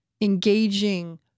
engaging